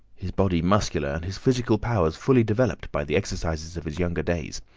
his body muscular, and his physical powers fully developed by the exercises of his younger days.